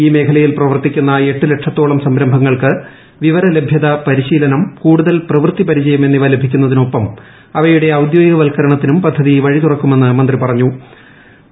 ഈ മേഖലയിൽ പ്രവർത്തിക്കുന്ന എട്ടു ലക്ഷത്തോളം സംരംഭങ്ങൾക്ക് വിവരലഭ്യത പരിശീലനം കൂടുതൽ പ്രവൃത്തിപരിചയം എന്നിവ ലഭിക്കുന്നതിനൊപ്പം അവയുടെ ഒറ്റുദ്യോഗികവത്കരണത്തിനും പദ്ധതി വഴി തുറക്കുമെന്ന് മന്ത്രി പൂര്യത്തു